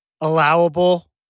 allowable